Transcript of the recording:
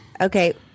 Okay